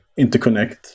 interconnect